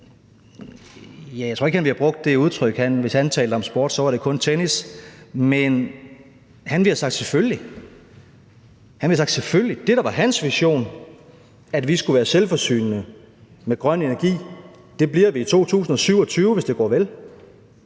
Jeg tror ikke, han ville have brugt det udtryk – hvis han talte om sport, var det kun om tennis – men han ville have sagt: Selvfølgelig. Det, der var hans vision, var, at vi skulle være selvforsynende med grøn energi, og det bliver vi i 2027, hvis alt går vel.